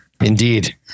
Indeed